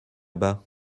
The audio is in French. bas